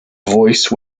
voice